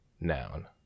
noun